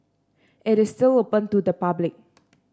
it is still open to the public